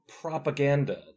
propaganda